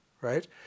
right